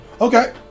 Okay